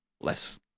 less